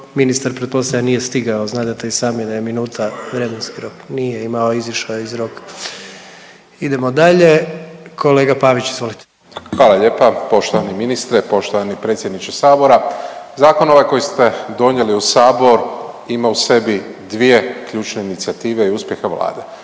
ministar pretpostavljam nije stigao, znadete i sami da je minuta vremenski rok, nije imao, izišao je iz roka. Idemo dalje, kolega Pavić izvolite. **Pavić, Marko (HDZ)** Hvala lijepa poštovani ministre, poštovani predsjedniče Sabora. Zakon ovaj koji ste donijeli u Sabor ima u sebi dvije ključne inicijative i uspjeha Vlade.